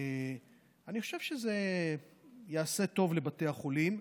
אני חשוב שזה יעשה טוב לבתי החולים,